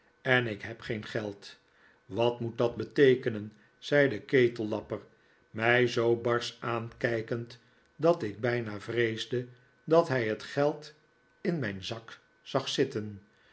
en ik heb geen geld wat moet dat beteekenen zei de ketellapper mij zoo barsch aankijkend dat ik bijna vreesde dat hij het geld in mijn zak zag zitten